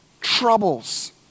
troubles